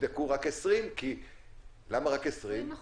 נבדקו רק 20%, כי מה זאת הרשימה?